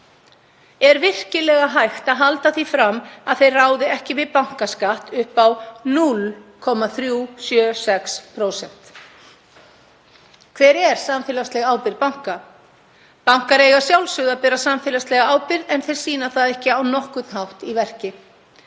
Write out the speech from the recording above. Er virkilega hægt að halda því fram að þeir ráði ekki við bankaskatt upp á 0,376%? Hver er samfélagsleg ábyrgð banka? Bankar eiga að sjálfsögðu að bera samfélagslega ábyrgð en þeir sýna það ekki á nokkurn hátt í verki